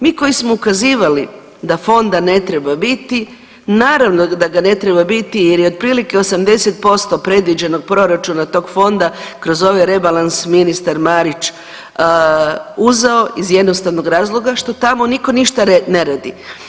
Mi koji smo ukazivali da fonda ne treba biti naravno da ga ne treba biti jer je otprilike 80% predviđenog proračuna tog fonda kroz ovaj rebalans ministar Marić uzeo iz jednostavnog razloga što tamo nitko ništa ne radi.